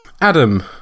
Adam